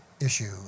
issue